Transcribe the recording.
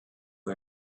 who